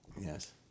Yes